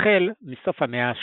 החל מסוף המאה ה-13.